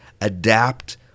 adapt